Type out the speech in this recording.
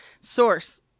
source